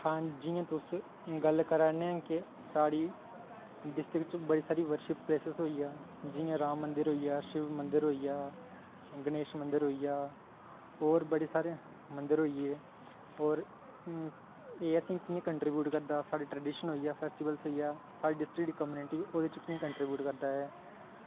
आं जि'यां तुस गल्ल करा ने केह् साढ़ी डिस्टिक च बड़ी सारी वरशिप प्लेसेस होई गेइआं जि'यां राम मंदिर होइ आ शिव मंदिर होई गेआ गणेश मंदर आ होर बड़े सारे मंदर होई गे होर एह् असेंई कि'यां कंट्रीव्यूट करदा साढ़े ट्रडीशन होई गेआ फैस्टीबल होई गेआ साढ़ी कम्यूनिटी ओह्दे च कि'यां कंट्रिवयूट करदा